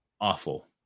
awful